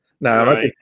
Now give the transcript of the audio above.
No